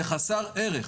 זה חסר ערך.